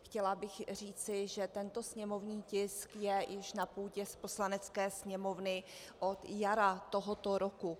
Chtěla bych říci, že tento sněmovní tisk je již na půdě Poslanecké sněmovny od jara tohoto roku.